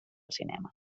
cinema